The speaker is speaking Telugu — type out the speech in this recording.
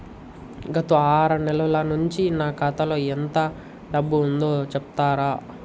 గత ఆరు నెలల నుంచి నా ఖాతా లో ఎంత డబ్బు ఉందో చెప్తరా?